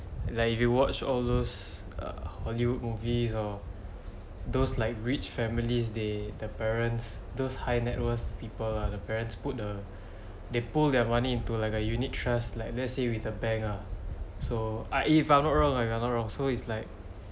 like if you watch all those err hollywood movies or those like rich families they the parents those high nett worth people lah the parents put the they pool their money into like a unit trust like let's say with a bank ah so I if I'm not wrong I'm not wrong so it's like